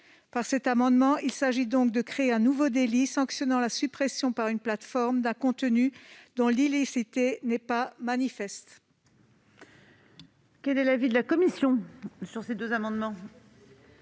Par cet amendement, il s'agit donc de créer un nouveau délit, sanctionnant la suppression par une plateforme d'un contenu dont l'illicéité n'est pas manifeste.